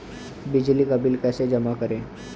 बिजली का बिल कैसे जमा करें?